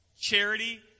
charity